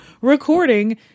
recording